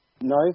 no